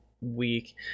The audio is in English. week